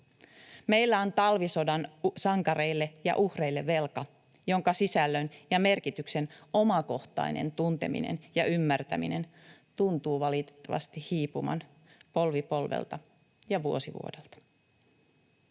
Meillä on talvisodan sankareille ja uhreille velka, jonka sisällön ja merkityksen omakohtainen tunteminen ja ymmärtäminen tuntuvat valitettavasti hiipuvan polvi polvelta ja vuosi vuodelta.